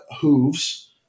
hooves